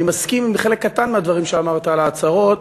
אני מסכים עם חלק קטן מהדברים שאמרת על ההצהרות,